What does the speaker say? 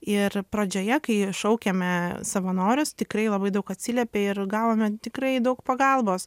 ir pradžioje kai šaukiame savanorius tikrai labai daug atsiliepia ir gavome tikrai daug pagalbos